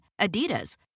Adidas